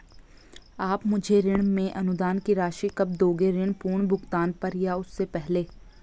आप मुझे ऋण में अनुदान की राशि कब दोगे ऋण पूर्ण भुगतान पर या उससे पहले?